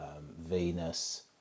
Venus